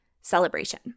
celebration